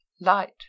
LIGHT